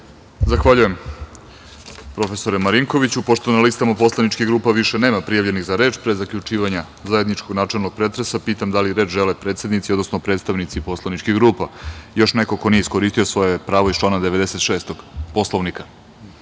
Zahvaljujem, profesore Marinkoviću. Pošto na listama poslaničkih grupa više nema prijavljenih za reč, pre zaključivanja zajedničkog načelnog pretresa, pitam da li reč žele predsednici odnosno predstavnici poslaničkih grupa ili još neko ko nije iskoristio svoje pravo iz člana 96. Poslovnika?